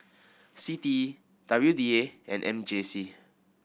C T E W D A and M J C